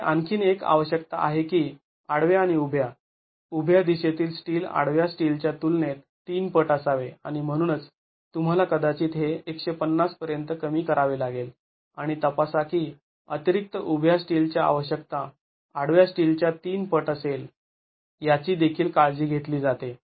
तुमच्याकडे आणखी एक आवश्यकता आहे की आडव्या आणि उभ्या उभ्या दिशेतील स्टील आडव्या स्टीलच्या तुलनेत ३ पट असावे आणि म्हणूनच तुम्हाला कदाचित हे १५० पर्यंत कमी करावे लागेल आणि तपासा की अतिरिक्त उभ्या स्टीलची आवश्यकता आडव्या स्टीलच्या ३ पट असेल याची देखील काळजी घेतली जाते